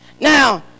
Now